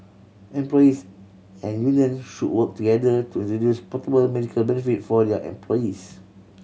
employers and unions should work together to introduce portable medical benefits for their employees